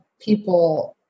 people